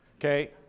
okay